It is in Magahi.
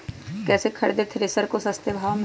कैसे खरीदे थ्रेसर को सस्ते भाव में?